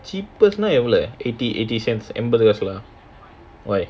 cheapest நா எவளோ:naa ewalo eighty eighty cents என்பது:enbathu kaasu why